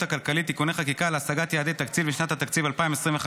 הכלכלית (תיקוני חקיקה ליישום המדיניות הכלכלית לשנת התקציב 2025),